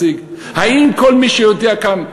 האם כל מי שיודע כאן,